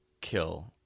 kill